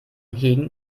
hegen